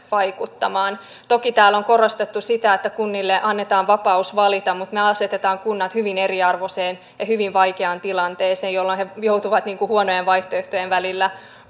vaikuttamaan toki täällä on korostettu sitä että kunnille annetaan vapaus valita mutta me asetamme kunnat hyvin eriarvoiseen ja hyvin vaikeaan tilanteeseen jolloin ne joutuvat huonojen vaihtoehtojen välillä